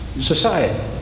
society